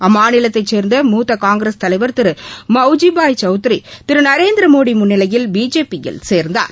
அம்மாநிலத்தை சேர்ந்த மூத்த காங்கிரஸ் தலைவர் திரு மவுஜிபாய் சௌத்ரி திரு நரேந்திரமோடி முன்னிலையில் பிஜேபியில் சேர்ந்தார்